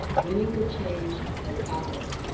meaningful change has happened.